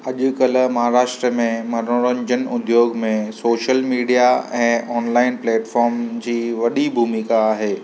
अॼुकल्ह महाराष्ट्रा में मनोरंजन उद्योग में सोशल मीडिया ऐं ऑनलाइन प्लेटफॉर्म जी वॾी भुमिका आहे